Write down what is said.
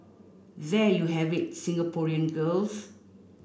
there you have it Singaporean girls